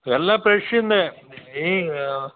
ಎಲ್ಲ ಫ್ರೆಶನೇ ಈ ಹಾಂ